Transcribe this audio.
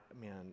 man